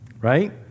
right